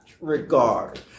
regard